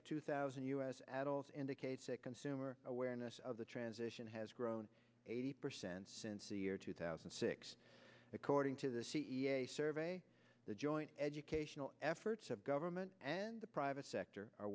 of two thousand u s adults indicates that consumer awareness of the transition has grown eighty percent since the year two thousand and six according to the c e o survey the joint educational efforts of government and the private sector